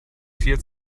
vier